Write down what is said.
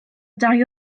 dau